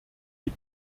die